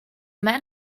man